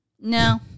No